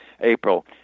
April